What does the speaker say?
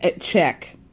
Check